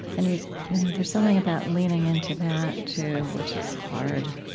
and, you know there's something about leaning into that, too, which is hard